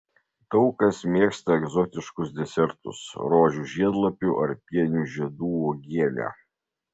daug kas mėgsta egzotiškus desertus rožių žiedlapių ar pienių žiedų uogienę